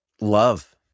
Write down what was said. love